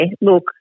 Look